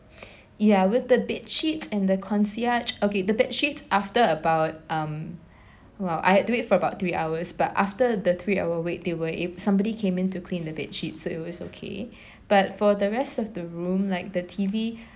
ya with the bedsheet and the concierge okay the bedsheet after about um !wow! I have to wait for about three hours but after the three hour wait they were ab~ somebody came in to clean the bedsheet so it was okay but for the rest of the room like the T_V